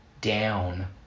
down